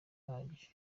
hahagije